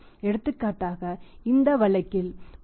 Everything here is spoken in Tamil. எடுத்துக்காட்டாக இந்த வழக்கில் 10